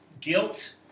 Guilt